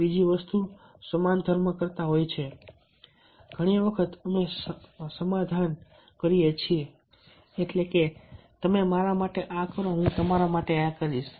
બીજી વસ્તુ સમાધાનકર્તા હોઈ શકે છે ઘણી વખત અમે સમાધાન કરીએ છીએ તમે મારા માટે આ કરો હું તમારા માટે આ કરીશ